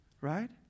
Right